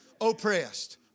Oppressed